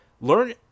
Learn